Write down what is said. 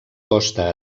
costa